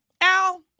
Al